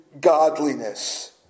godliness